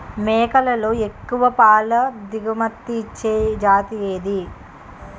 మేకలలో ఎక్కువ పాల దిగుమతి ఇచ్చే జతి ఏది?